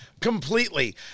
Completely